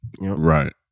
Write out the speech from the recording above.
Right